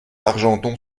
argenton